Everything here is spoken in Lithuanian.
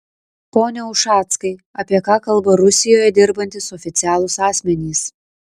pone ušackai apie ką kalba rusijoje dirbantys oficialūs asmenys